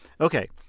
okay